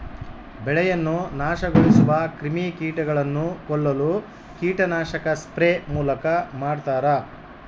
ಬೆಳೆಯನ್ನು ನಾಶಗೊಳಿಸುವ ಕ್ರಿಮಿಕೀಟಗಳನ್ನು ಕೊಲ್ಲಲು ಕೀಟನಾಶಕ ಸ್ಪ್ರೇ ಮೂಲಕ ಮಾಡ್ತಾರ